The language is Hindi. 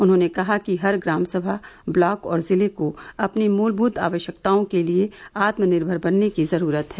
उन्होंने कहा कि हर ग्रामसभा ब्लॉक और जिले को अपनी मूलभूत आवश्यकताओं के लिए आत्मनिर्भर बनने की जरूरत है